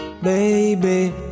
Baby